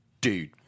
dude